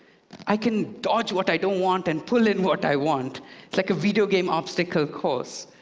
i can dodge what i don't want and pull in what i want. it's like a video game obstacle course.